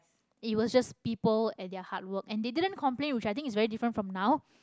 it was just people and their hard work and they didn't complain which i think is very different from now